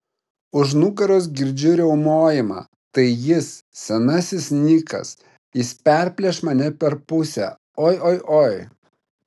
už nugaros girdžiu riaumojimą tai jis senasis nikas jis perplėš mane per pusę oi oi oi